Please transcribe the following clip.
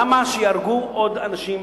למה שייהרגו עוד אנשים